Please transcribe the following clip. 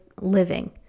living